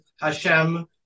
Hashem